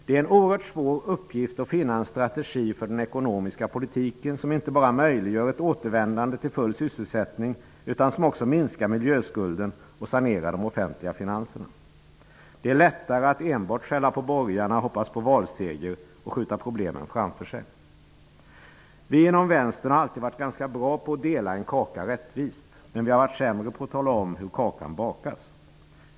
Det är en oerhört svår uppgift att finna en strategi för den ekonomiska politiken som inte bara möjliggör ett återvändande till full sysselsättning utan som också minskar miljöskulden och innebär en sanering av de offentliga finanserna. Det är lättare att enbart skälla på borgarna, hoppas på valseger och skjuta problemen framför sig. Vi inom vänstern har alltid varit ganska bra på att dela en kaka rättvist, men vi har varit sämre på att tala om hur kakan bakas.